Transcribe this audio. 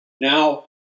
Now